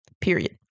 period